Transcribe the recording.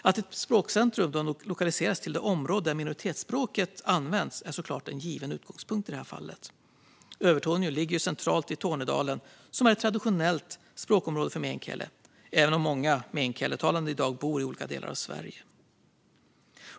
Att ett språkcentrum lokaliseras till det område där minoritetsspråket används är i det här fallet en given utgångspunkt. Övertorneå ligger centralt i Tornedalen, som är traditionellt språkområde för meänkieli, även om många meänkielitalande i dag bor i olika delar av Sverige.